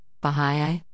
Baha'i